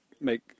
make